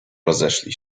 rozeszli